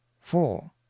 four